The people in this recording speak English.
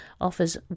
offers